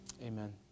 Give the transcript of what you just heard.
Amen